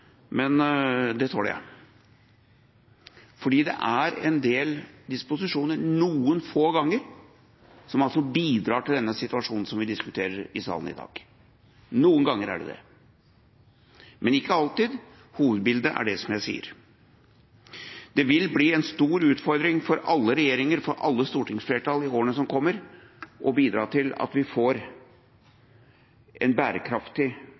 men det tåler jeg! Det er en del disposisjoner noen få ganger som bidrar til denne situasjonen som vi diskuterer i salen i dag – noen ganger er det det, men ikke alltid. Hovedbildet er slik som jeg sier. Det vil bli en stor utfordring for alle regjeringer, for alle stortingsflertall i årene som kommer, å bidra til at vi får en bærekraftig